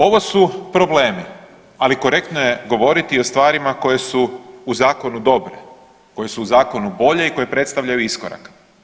Ovo su problemi, ali korektno je govoriti i o stvarima koje su u zakonu dobre, koje su u zakonu bolje i koje predstavljaju iskorak.